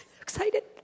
Excited